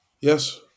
Yes